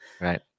Right